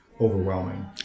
overwhelming